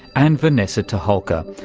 and vanessa toholka,